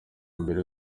mbere